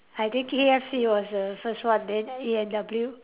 I think K_F_C was the first one then A and W